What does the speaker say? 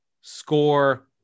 score